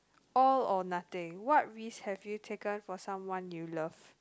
all or nothing what risk have you taken for someone you love